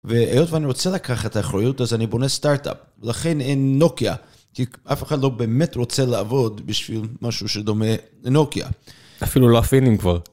והיות ואני רוצה לקחת את האחריות, אז אני בונה סטארט-אפ. לכן אין נוקיה, כי אף אחד לא באמת רוצה לעבוד בשביל משהו שדומה לנוקיה. אפילו לא הפינים כבר.